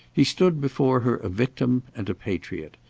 he stood before her a victim and a patriot.